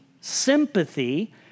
sympathy